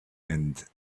and